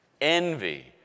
envy